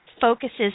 Focuses